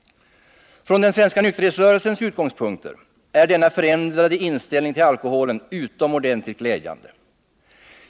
Från den svenska nykterhetsrörelsens utgångspunkter är denna förändrade inställning till alkoholen utomordentligt glädjande.